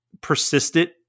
persistent